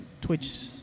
Twitch